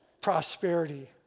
prosperity